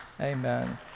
Amen